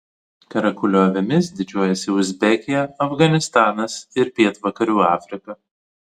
karakulio avimis didžiuojasi uzbekija afganistanas ir pietvakarių afrika